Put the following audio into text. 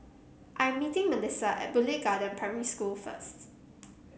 i am meeting Mellissa at Boon Lay Garden Primary School first